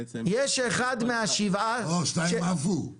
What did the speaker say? לאחד מהם יש אחריות על כל מערך הבטיחות בדרכים בישראל?